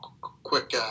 quick